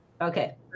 Okay